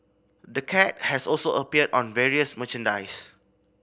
the cat has also appeared on various merchandise